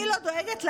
אני לא דואגת לעורף?